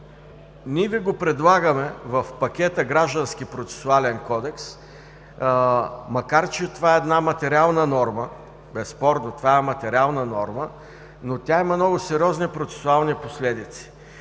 Ние Ви го предлагаме в пакета Граждански процесуален кодекс, макар че това е материална норма, безспорно, но тя има много сериозни процесуални последици.